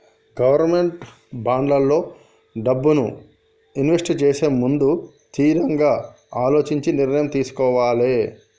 government బాండ్లల్లో డబ్బుని invest చేసేముందు తిరంగా అలోచించి నిర్ణయం తీసుకోవాలే